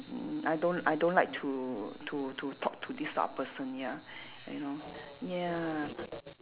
mm I don't I don't like to to to talk to this type of person ya you know ya